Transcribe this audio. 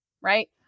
right